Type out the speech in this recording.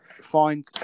Find